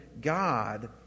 God